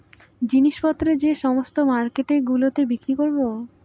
জিনিস পত্র যে সমস্ত মার্কেট গুলোতে বিক্রি করবো